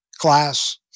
class